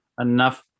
enough